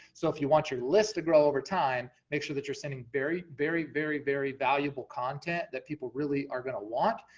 so if you want your list to grow over time, make sure that you're sending very, very, very, very valuable content that people really are gonna want,